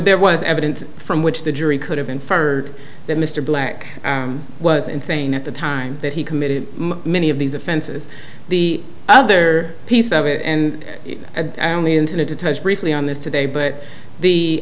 there was evidence from which the jury could have inferred that mr black was insane at the time that he committed many of these offenses the other piece of it and only intended to touch briefly on this today but